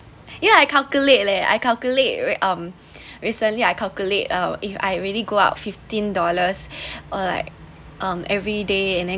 yeah I calculate leh I calculate um recently I calculate uh if I really go out fifteen dollars or like um every day and then